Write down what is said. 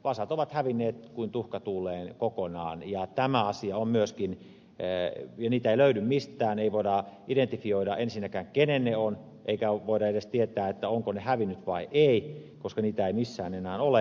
vasat ovat hävinneet kuin tuhka tuuleen kokonaan ja niitä ei löydy mistään ei voida identifioida ensinnäkään kenen ne ovat eikä voida edes tietää ovatko ne hävinneet vai eivät koska niitä ei missään enää ole